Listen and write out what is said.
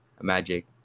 magic